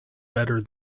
better